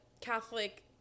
Catholic